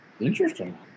Interesting